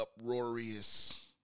uproarious